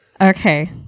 Okay